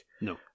No